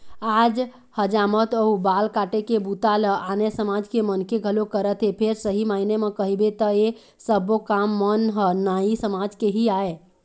आज हजामत अउ बाल काटे के बूता ल आने समाज के मनखे घलोक करत हे फेर सही मायने म कहिबे त ऐ सब्बो काम मन ह नाई समाज के ही आय